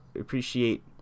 appreciate